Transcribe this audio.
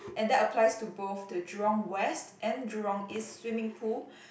and that applies to both the Jurong-West and Jurong-East swimming pool